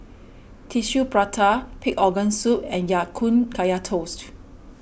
Tissue Prata Pig Organ Soup and Ya Kun Kaya Toast